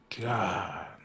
God